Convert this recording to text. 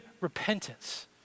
repentance